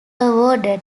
awarded